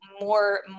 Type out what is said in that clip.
more